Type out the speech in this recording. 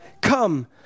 Come